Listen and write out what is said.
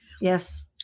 Yes